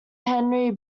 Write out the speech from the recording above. henry